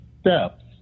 steps